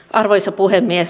arvoisa puhemies